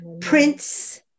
Prince